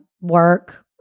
work